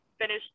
finish